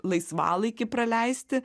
laisvalaikį praleisti